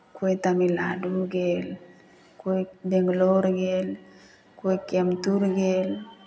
कोइ तमिलनाडु गेल कोइ बेंगलोर गेल कोइ केम्टूर गेल